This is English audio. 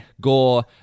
Gore